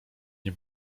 nie